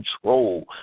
control